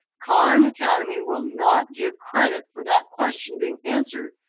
khan academy will not give credit for that question being answered.